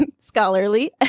scholarly